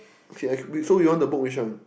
okay I can so you want to book which one